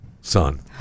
son